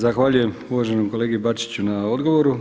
Zahvaljujem uvaženom kolegi Bačiću na odgovoru.